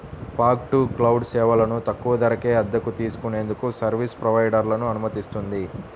fog to cloud సేవలను తక్కువ ధరకే అద్దెకు తీసుకునేందుకు సర్వీస్ ప్రొవైడర్లను అనుమతిస్తుంది